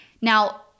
now